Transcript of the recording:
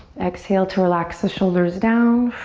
exhale to relax the shoulders down.